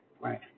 right